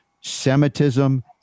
Semitism